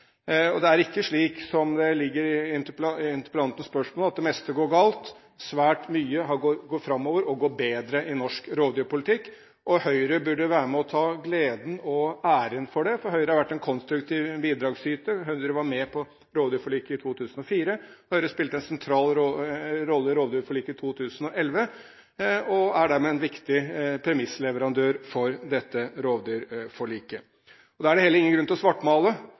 Det er ikke slik, som det antydes i interpellantens spørsmål, at det meste går galt. Svært mye går framover og går bedre i norsk rovdyrpolitikk. Høyre burde være med og ta gleden og æren for det, for Høyre har vært en konstruktiv bidragsyter. Høyre var med på rovdyrforliket i 2004, Høyre spilte en sentral rolle i rovdyrforliket i 2011, og Høyre er dermed en viktig premissleverandør for dette. Da er det heller ingen grunn til å svartmale.